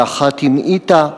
ואחת המעיטה,